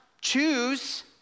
choose